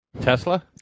Tesla